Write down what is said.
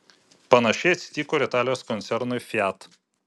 panašiai atsitiko ir italijos koncernui fiat